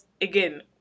again